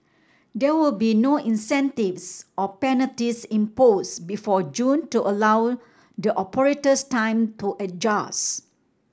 there will be no incentives or penalties imposed before June to allow the operators time to adjust